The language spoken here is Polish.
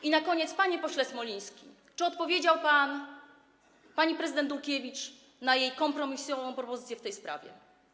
I na koniec, panie pośle Smoliński, czy odpowiedział pan pani prezydent Dulkiewicz na jej kompromisową propozycję w tej sprawie?